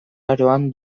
aroan